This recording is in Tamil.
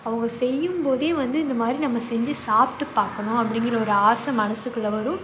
அவங்க செய்யும்போதே வந்து இந்த மாதிரி நம்ம செஞ்சு சாப்பிட்டு பார்க்கணும் அப்படிங்கிற ஒரு ஆசை மனசுக்குள்ள வரும்